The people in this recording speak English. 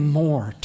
more